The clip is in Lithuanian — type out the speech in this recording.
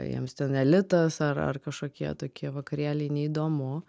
tai jiems ten elitas ar ar kažkokie tokie vakarėliai neįdomu